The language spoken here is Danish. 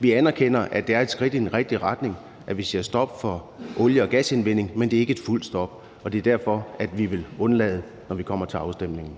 Vi anerkender, at det er et skridt i den rigtige retning, at man siger stop for olie- og gasindvindingen, men det er ikke et fuldt stop, og det er derfor, at vi vil undlade at stemme, når vi kommer til afstemningen.